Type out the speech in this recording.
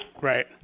Right